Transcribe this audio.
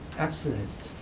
excellent.